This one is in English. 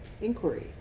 inquiry